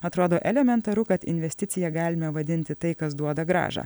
atrodo elementaru kad investicija galime vadinti tai kas duoda grąžą